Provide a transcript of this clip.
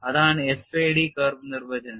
അതാണ് FAD curve നിർവചനം